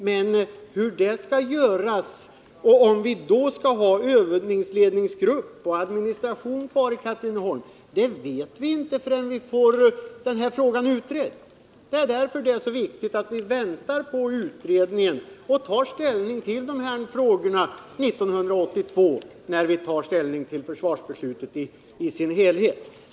Men hur det skall göras och om vi då skall ha övningsledningsgrupp och administration kvar i Katrineholm, det vet vi inte förrän vi får den här frågan utredd. Det är därför som det är så viktigt att vi väntar på utredningen och tar ställning till dessa frågor 1982, när vi skall ta ställning till försvaret i dess helhet.